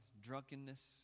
drunkenness